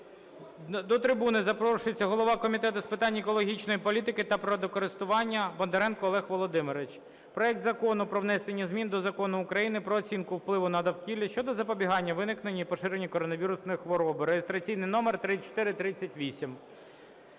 До трибуни запрошується голова Комітету з питань екологічної політики та природокористування Бондаренко Олег Володимирович. Проект Закону про внесення змін до Закону України "Про оцінку впливу на довкілля" щодо запобігання виникненню і поширенню коронавірусної хвороби (реєстраційний номер 3438).